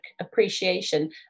appreciation